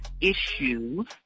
issues